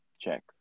check